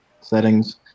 settings